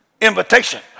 invitation